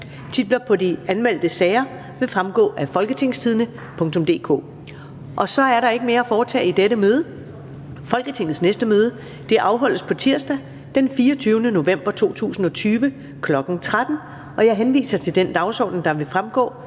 Titler på de anmeldte sager vil fremgå af www.folketingstidende.dk (jf. ovenfor). Så er der ikke mere at foretage i dette møde. Folketingets næste møde afholdes tirsdag den 24. november 2020, kl. 13.00. Jeg henviser til den dagsorden, der vil fremgå